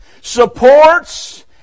supports